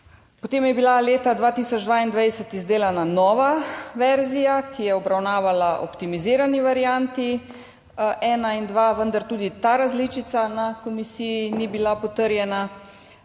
Potem je bila leta 2022 izdelana nova verzija, ki je obravnavala optimizirani varianti ena in dva, vendar tudi ta različica na komisiji ni bila potrjena.